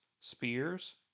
spears